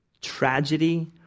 tragedy